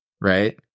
right